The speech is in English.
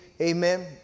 amen